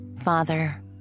Father